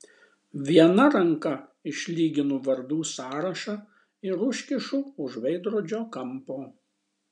viena ranka išlyginu vardų sąrašą ir užkišu už veidrodžio kampo